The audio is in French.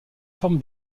forme